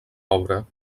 obra